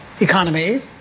economy